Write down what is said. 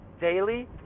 Daily